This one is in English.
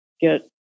get